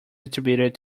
attributed